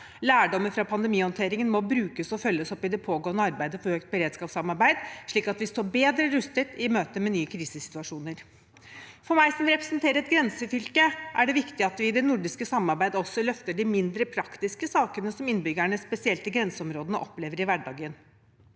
Lærdommer fra pandemihåndteringen må brukes og følges opp i det pågående arbeidet for økt beredskapssamarbeid, slik at vi står bedre rustet i møte med nye krisesituasjoner. For meg som representerer et grensefylke, er det viktig at vi i det nordiske samarbeidet også løfter de mindre praktiske sakene som innbyggerne, spesielt i grenseområdene, opplever i hverdagen.